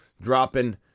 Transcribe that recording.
dropping